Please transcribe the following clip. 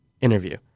interview